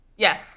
Yes